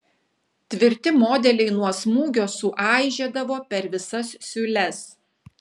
tvirti modeliai nuo smūgio suaižėdavo per visas siūles